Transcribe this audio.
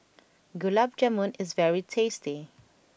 Gulab Jamun is very tasty